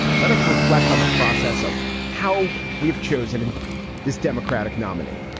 let us reflect on the process of how we've chosen and this democratic nominee.